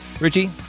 Richie